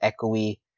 echoey